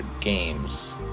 games